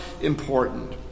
important